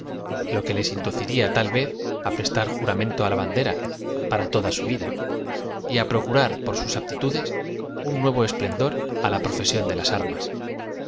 lo que les inducirla tal vez i prestar juramento la bandera para toda su vida y é p rocu rar por sus aptitudes un nuevo esplendor i la profesión de las armas